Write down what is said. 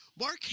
Mark